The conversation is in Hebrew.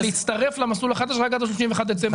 להצטרף למסלול החדש רק עד ה-31 בדצמבר.